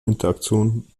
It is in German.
interaktion